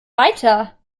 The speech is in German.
weiter